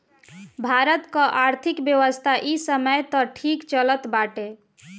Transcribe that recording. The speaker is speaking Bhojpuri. भारत कअ आर्थिक व्यवस्था इ समय तअ ठीक चलत बाटे